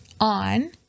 on